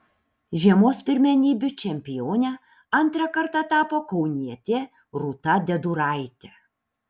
žiemos pirmenybių čempione antrą kartą tapo kaunietė rūta deduraitė